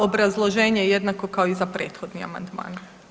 Obrazloženje je jednako kao i za prethodni amandman.